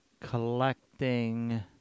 collecting